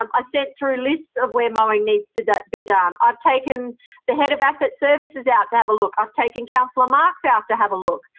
um i sent through lists of where mowing needs to be done. i've taken the head of asset services out to have a look. i've taken councillor marx out to have a look.